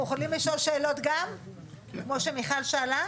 אנחנו גם יכולים לשאול שאלות כמו שמיכל שאלה?